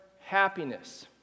happiness